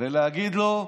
ולהגיד לו: